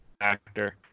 actor